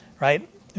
right